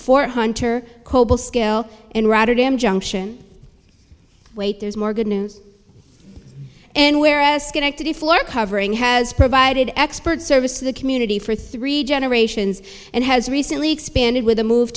for hunter coble scale and rather dam junction wait there's more good news and where s connected a floor covering has provided expert service to the community for three generations and has recently expanded with a move